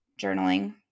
journaling